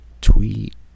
tweet